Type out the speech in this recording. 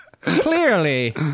Clearly